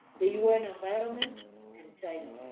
the un environment and china.